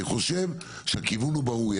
אני חושב שהכיוון הוא ברור,